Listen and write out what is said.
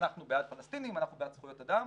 אנחנו בעד פלסטינים, אנחנו בעד זכויות אדם,